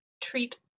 treat